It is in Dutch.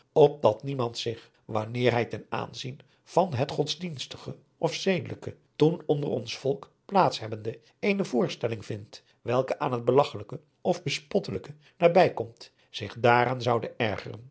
opdat niemand zich wanneer hij ten aanzien van het godsdienstige of zedelijke toen onder ons volk plaats hebbende eene voorstelling vindt welke aan het belagchelijke of bespottelijke nabij komt zich daaraan zoude ergeren